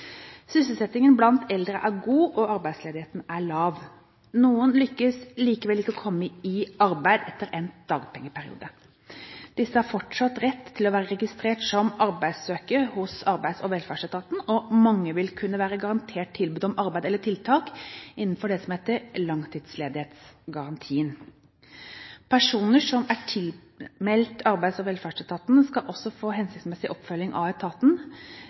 Sysselsettingen blant eldre er god, og arbeidsledigheten er lav. Noen lykkes likevel ikke med å komme i arbeid etter endt dagpengeperiode. Disse har fortsatt rett til å være registrert som arbeidssøker hos Arbeids- og velferdsetaten, og mange vil kunne være garantert tilbud om arbeid eller tiltak innenfor det som heter langtidsledighetsgarantien. Personer som er tilmeldt Arbeids- og velferdsetaten, skal også få hensiktsmessig oppfølging av etaten,